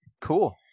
Cool